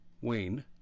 Wayne